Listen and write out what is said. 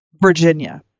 Virginia